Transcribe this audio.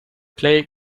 play